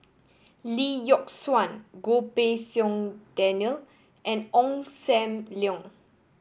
Lee Yock Suan Goh Pei Siong Daniel and Ong Sam Leong